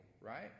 right